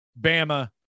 Bama